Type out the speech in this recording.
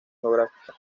geográfica